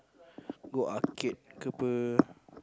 go arcade ke apa